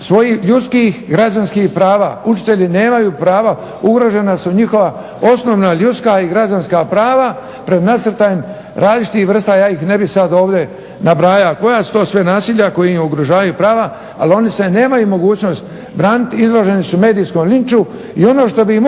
Svojih ljudskih građanskih prava, učitelji nemaju prava, ugrožena su njihova osnovna ljudska i građanska prava pred nasrtajem različitih vrsta, ja ih ne bih sad ovdje nabrajao koja su to sve nasilja koja im ugrožavaju prava, ali oni se nemaju mogućnost braniti, izloženi su medijskom linču i ono što bi